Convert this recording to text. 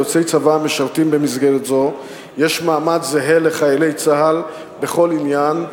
ליוצאי צבא המשרתים במסגרת זו יש מעמד זהה לחיילי צה"ל בכל עניין,